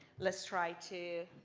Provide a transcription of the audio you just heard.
let's try to